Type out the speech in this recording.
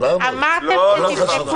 אמרתם שתבדקו.